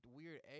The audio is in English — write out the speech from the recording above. weird